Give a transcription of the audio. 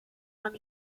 man